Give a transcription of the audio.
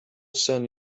sand